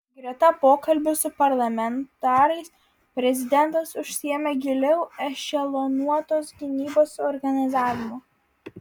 greta pokalbių su parlamentarais prezidentas užsiėmė giliau ešelonuotos gynybos organizavimu